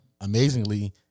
Amazingly